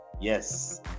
Yes